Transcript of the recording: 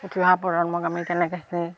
উঠি অহা প্ৰজন্মক আমি কেনেকৈ সেইখিনি